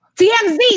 TMZ